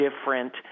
different